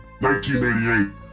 1988